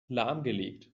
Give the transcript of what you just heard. lahmgelegt